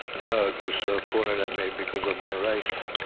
know it was so pointed at me because of my race.